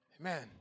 Amen